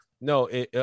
no